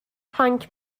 تانک